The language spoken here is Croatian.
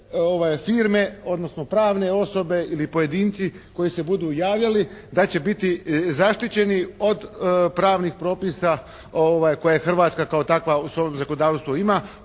firme odnosno pravne osobe ili pojedinci koji se budu javljali da će biti zaštićeni od pravnih propisa koje Hrvatska kao takva u svom zakonodavstvu ima,